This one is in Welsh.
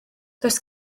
does